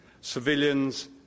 civilians